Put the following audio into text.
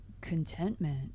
contentment